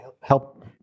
help